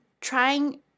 trying